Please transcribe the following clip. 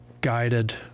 guided